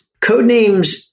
Codenames